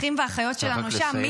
אחים ואחיות שלנו שם,